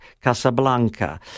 Casablanca